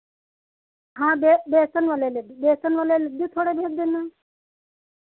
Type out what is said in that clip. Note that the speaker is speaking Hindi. हाँ बे बेसन वाले लड्डू बेसन वाले लड्डू थोड़े भेज देना